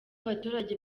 abaturage